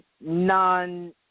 non